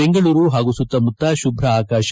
ಬೆಂಗಳೂರು ಸುತ್ತಮುತ್ತ ಶುಭ್ರ ಆಕಾಶ